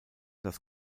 das